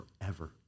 forever